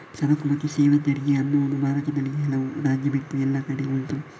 ಸರಕು ಮತ್ತು ಸೇವಾ ತೆರಿಗೆ ಅನ್ನುದು ಭಾರತದಲ್ಲಿ ಕೆಲವು ರಾಜ್ಯ ಬಿಟ್ಟು ಎಲ್ಲ ಕಡೆ ಉಂಟು